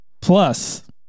plus